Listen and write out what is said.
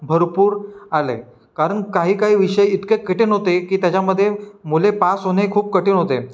भरपूर आले कारण काही काही विषय इतके कठीण होते की त्याच्यामध्ये मुले पास होणे खूप कठीण होते